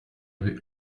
rue